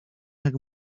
jak